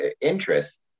interest